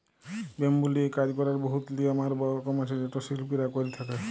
bamboo লিয়ে কাজ ক্যরার বহুত লিয়ম আর রকম আছে যেট শিল্পীরা ক্যরে থ্যকে